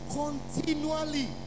continually